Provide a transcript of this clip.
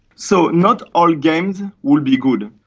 so not all games will be good.